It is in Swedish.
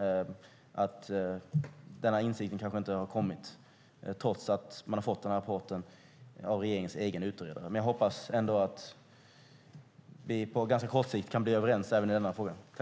över att den insikten inte har kommit trots att man har fått rapporten av regeringens utredare. Jag hoppas ändå att vi på ganska kort sikt kan bli överens även i denna fråga.